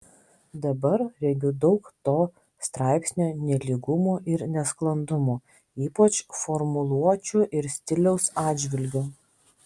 dabar regiu daug to straipsnio nelygumų ir nesklandumų ypač formuluočių ir stiliaus atžvilgiu